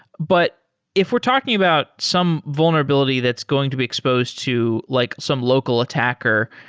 but if we're talking about some vulnerability that's going to be exposed to like some local attacker,